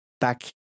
back